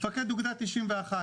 מפקד אוגדה 91,